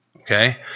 Okay